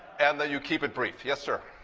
and you keep it brief. yes, sir.